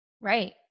Right